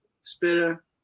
spitter